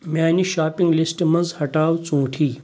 میٛانِہ shopping list منٛز ہٹاو ژھوٗنٛٹھٕے